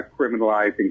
criminalizing